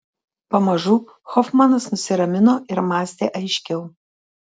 pamažu hofmanas nusiramino ir mąstė aiškiau